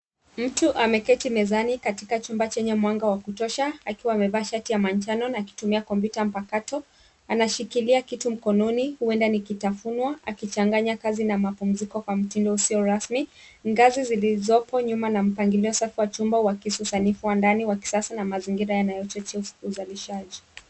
Mtu ameketi mezani katika chumba chenye mwanga wa kutosha akiwa amevaa shati ya manjano na akitumia komputa mpakato anashikilia kitu mkononi huenda ni kitafunwa akichanganya kazi na mapumziko kwa mtindo usio rasmi. Ngazi zilizopo nyuma na mpangilio safi wa chumba uakisi usanifu wa ndani wa kisasa na mazingira yanayochacha uzalishaji. .